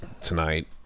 tonight